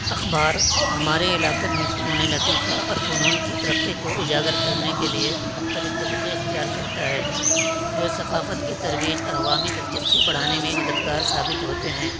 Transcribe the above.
اخبار ہمارے علاقے میں فنونِ لطیفہ اور فنون کی ترقی کو اجاگر کرنے کے لیے مختلف طریقے اختیار کرتا ہے جو ثقافت کی ترویج اور عوامی دلچسپی بڑھانے میں مددگار ثابت ہوتے ہیں